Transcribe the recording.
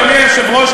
אדוני היושב-ראש,